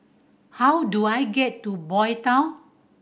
how do I get to Boy Town